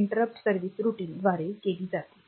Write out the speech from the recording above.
interrupt service routine द्वारे केली जाते